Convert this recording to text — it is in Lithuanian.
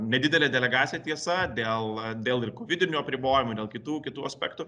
nedidelė delegacija tiesa dėl dėl ir kovidinių apribojimų dėl kitų kitų aspektų